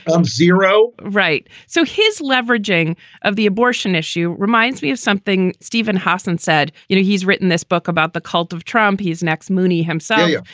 i'm zero. right. so his leveraging of the abortion issue reminds me of something stephen hossen said. you know, he's written this book about the cult of trump. he's next. moonie himself.